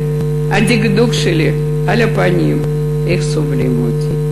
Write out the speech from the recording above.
/ הדקדוק שלי 'על הפנים' / איך סובלים אותי?